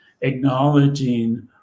acknowledging